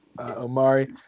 Omari